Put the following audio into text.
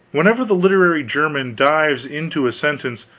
whenever the literary german dives into a sentence,